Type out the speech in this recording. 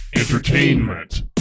Entertainment